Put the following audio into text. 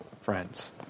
friends